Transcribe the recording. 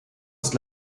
ist